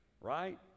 Right